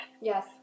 Yes